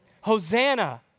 Hosanna